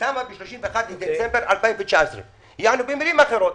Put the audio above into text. שתמה ב-31 בדצמבר 2019. במילים אחרות,